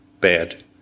bad